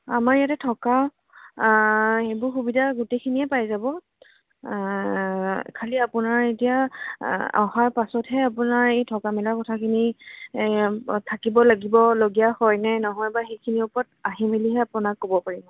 আমাৰ ইয়াতে থকা এইবোৰ সুবিধা গোটেইখিনিয়ে পাই যাব খালী আপোনাৰ এতিয়া অহাৰ পাছতহে আপোনাৰ এই থকা মেলা কথাখিনি থাকিব লাগিব লগীয়া হয়নে নহয় বা সেইখিনি ওপৰত আহি মেলিহে আপোনাক ক'ব পাৰিব